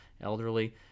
elderly